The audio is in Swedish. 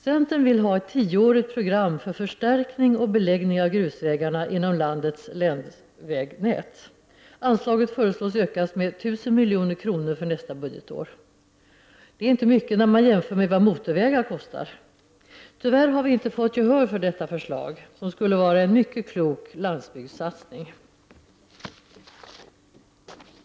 Centern vill ha ett tioårigt program för förstärkning och beläggning av grusvägarna inom landets länsvägnät. Anslaget föreslås bli ökat med 1 000 milj.kr. för nästa budgetår. Det är inte mycket när man jämför med vad motorvägar kostar. Tyvärr har vi inte fått gehör för detta förslag, som skulle vara en mycket klok landsbygdssatsning.